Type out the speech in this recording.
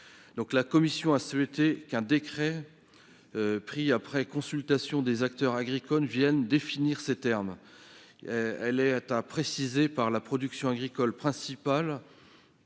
La commission a souhaité qu'un décret, pris après consultation des acteurs agricoles, vienne définir ces termes. Elle a précisé que la production agricole principale